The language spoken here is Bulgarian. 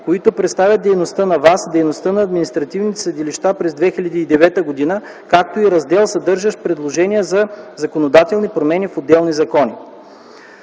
които представят дейността на ВАС, дейността на административните съдилища през 2009 г., както и раздел, съдържащ предложения за законодателни промени в отделни закони.